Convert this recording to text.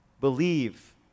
Believe